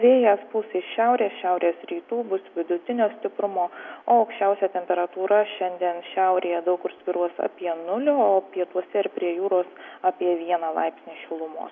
vėjas pūs iš šiaurės šiaurės rytų bus vidutinio stiprumo o aukščiausia temperatūra šiandien šiaurėje daug kur svyruos apie nulį o pietuose ir prie jūros apie vieną laipsnį šilumos